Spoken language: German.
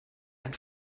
ein